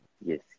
Yes